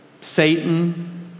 Satan